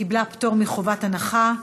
קיבלה פטור מחובת הנחה.